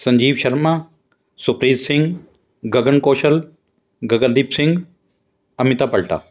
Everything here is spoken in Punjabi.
ਸੰਜੀਵ ਸ਼ਰਮਾ ਸੁਖਪ੍ਰੀਤ ਸਿੰਘ ਗਗਨ ਕੌਸ਼ਲ ਗਗਨਦੀਪ ਸਿੰਘ ਅਮਿਤਾ ਪਲਟਾ